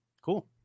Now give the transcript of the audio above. cool